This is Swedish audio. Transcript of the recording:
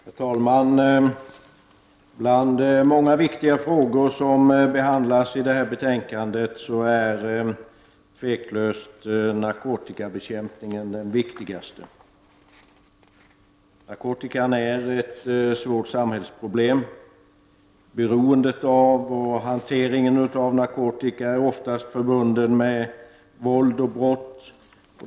Herr talman! Bland många viktiga frågor som behandlas i detta betänkande är narkotikabekämpningen otvivelaktigt den viktigaste. Narkotikan utgör ett svårt samhällsproblem. Beroendet och hanteringen av narkotika är ofta förbunden med våld och brott.